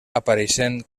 apareixent